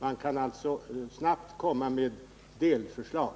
Man kan alltså snabbt komma med delförslag.